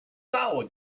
now